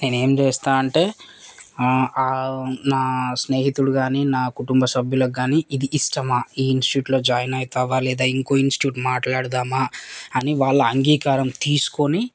నేను ఏం చేస్తా అంటే నా స్నేహితుడు కానీ నా కుటుంబ సభ్యులకు కానీ ఇది ఇష్టమా ఈ ఇన్స్టిట్యూట్లో జాయిన్ అవుతావా లేదా ఇంకో ఇన్స్టిట్యూట్ మాట్లాడదామా అని వాళ్ళ అంగీకారం తీసుకుని